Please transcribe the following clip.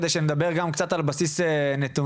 כדי שנדבר גם קצת על בסיס נתונים,